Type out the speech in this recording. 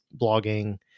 blogging